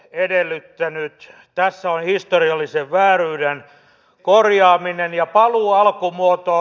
tämä on historiallisen vääryyden korjaaminen ja paluu alkumuotoon